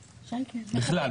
בכלל,